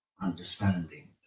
Understanding